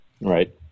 Right